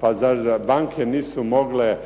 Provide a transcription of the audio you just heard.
pa zar banke nisu mogle